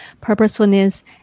purposefulness